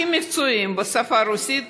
הכי מקצועיים בשפה הרוסית,